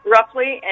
Roughly